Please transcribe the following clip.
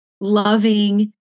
loving